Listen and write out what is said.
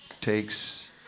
takes